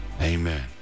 amen